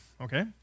okay